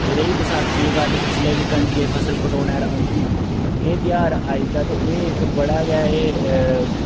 ते रेही बसाखी गी गल्ल जिसलै कनकै दी फसल कटोने पर औंदी एह् ध्यार आई दा एह् इक बड़ा गै